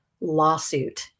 lawsuit